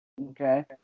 Okay